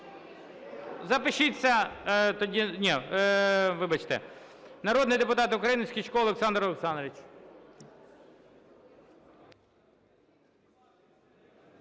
Народний депутат України Скічко Олександр Олександрович.